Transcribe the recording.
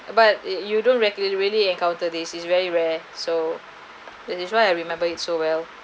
but you don't regularly really encounter this is very rare so this is why I remember it so well